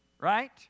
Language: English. right